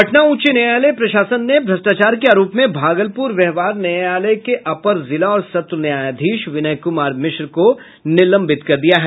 पटना उच्च न्यायालय प्रशासन ने भ्रष्टाचार के आरोप में भागलपुर व्यवहार न्यायालय के अपर जिला और सत्र न्यायाधीश विनय कुमार मिश्रा को निलंबित कर दिया है